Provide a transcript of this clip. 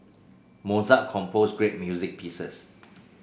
Mozart composed great music pieces